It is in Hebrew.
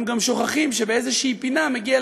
הם גם שוכחים שבאיזושהי פינה מגיעים